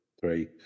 three